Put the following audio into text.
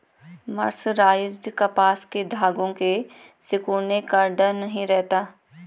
mercerised कपास के धागों के सिकुड़ने का डर नहीं रहता